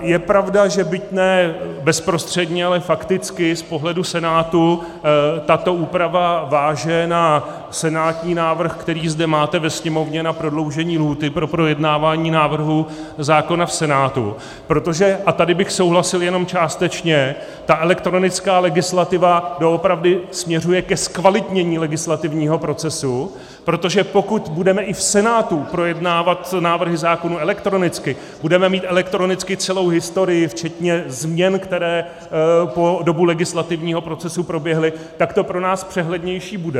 Je pravda, že byť ne bezprostředně, ale fakticky z pohledu Senátu tato úprava váže na senátní návrh, který máte zde ve Sněmovně, na prodloužení lhůty pro projednávání návrhů zákona v Senátu, protože, a tady bych souhlasil jenom částečně, ta elektronická legislativa doopravdy směřuje ke zkvalitnění legislativního procesu, protože pokud budeme i v Senátu projednávat návrhy zákonů elektronicky, budeme mít elektronicky celou historii včetně změn, které po dobu legislativního procesu proběhly, tak to pro nás přehlednější bude.